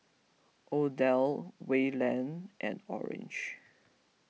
Odell Wayland and Orange